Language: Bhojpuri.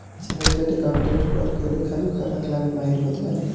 चार्टेड अकाउंटेंट कर के लेखा जोखा रखला में माहिर होत बाने